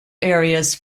areas